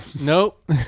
Nope